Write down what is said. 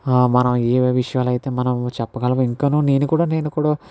మనం ఏమేమి విషయాలు అయితే మనం చెప్పగలమో ఇంకను నేను కూడా నేను కూడా